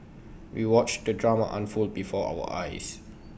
we watched the drama unfold before our eyes